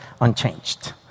unchanged